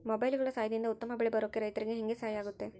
ಮೊಬೈಲುಗಳ ಸಹಾಯದಿಂದ ಉತ್ತಮ ಬೆಳೆ ಬರೋಕೆ ರೈತರಿಗೆ ಹೆಂಗೆ ಸಹಾಯ ಆಗುತ್ತೆ?